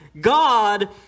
God